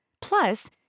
Plus